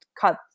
cut